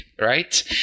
right